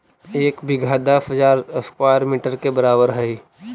एक बीघा दस हजार स्क्वायर मीटर के बराबर हई